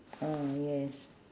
ah yes